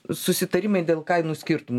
susitarimai dėl kainų skirtumų